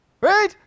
right